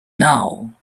now